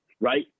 right